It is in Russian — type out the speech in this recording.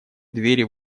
двери